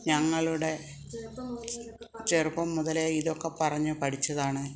ഞങ്ങളുടെ ചെറുപ്പം മുതലേ ഇതൊക്കെ പറഞ്ഞ് പഠിച്ചതാണ്